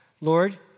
Lord